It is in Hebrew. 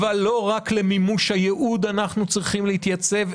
אבל לא רק למימוש הייעוד אנחנו צריכים להתייצב,